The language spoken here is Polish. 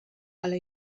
ale